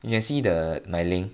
you got see the my link